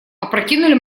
опрокинули